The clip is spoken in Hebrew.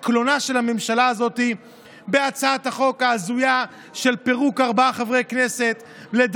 אני קורא לממשלת ישראל לחוקק חוק נגד עינויים ולהפסיק לאלתר